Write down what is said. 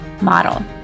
model